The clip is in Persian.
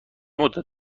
مدت